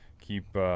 keep